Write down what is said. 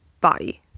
body